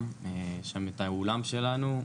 יש שם את האולם שלנו,